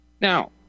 Now